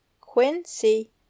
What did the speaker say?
Quincy